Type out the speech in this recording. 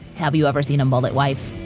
have you ever seen a mullet wife?